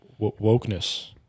wokeness